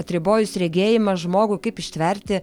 atribojus regėjimą žmogų kaip ištverti